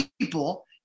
people